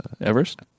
Everest